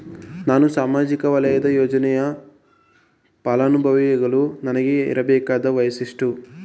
ನಾನು ಸಾಮಾಜಿಕ ವಲಯದ ಯೋಜನೆಯ ಫಲಾನುಭವಿಯಾಗಲು ನನಗೆ ಇರಬೇಕಾದ ವಯಸ್ಸುಎಷ್ಟು?